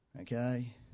okay